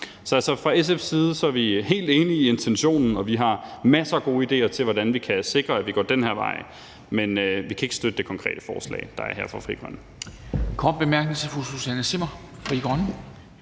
Så fra SF's side er vi helt enige i intentionen, og vi har masser af gode idéer til, hvordan vi kan sikre, at vi går den her vej, men vi kan ikke støtte det konkrete forslag fra Frie Grønne.